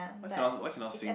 why cannot why cannot sing